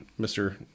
Mr